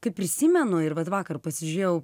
kai prisimenu ir vat vakar pasižiūrėjau